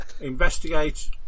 investigate